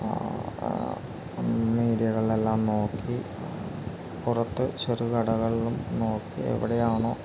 മീഡിയകളെല്ലാം നോക്കി പുറത്ത് ചെറുകടകളിലും നോക്കി എവിടെയാണോ